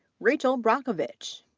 rachel brockovich,